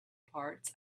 parts